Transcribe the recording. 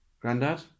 Grandad